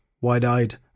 wide-eyed